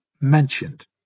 mentioned